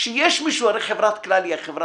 שיש מישהו הרי חברת "כלל" היא החברה